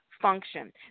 function